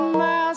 miles